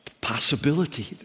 possibility